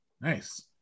Nice